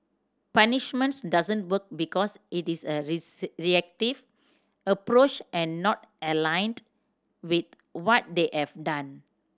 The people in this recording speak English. punishment doesn't work because it is a reactive approach and not aligned with what they have done